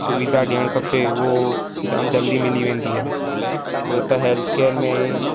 सुविधा ॾियणु खपे उहो जाम जल्दी मिली वेंदी आहे ॿियों त हैल्थ केयर में